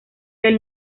del